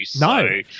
No